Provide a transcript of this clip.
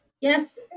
Yes